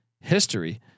history